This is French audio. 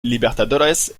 libertadores